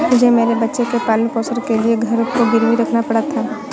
मुझे मेरे बच्चे के पालन पोषण के लिए घर को गिरवी रखना पड़ा था